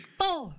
four